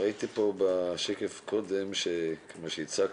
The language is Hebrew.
ראיתי בשקף שכפי שהצגת,